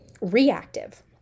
reactive